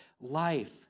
life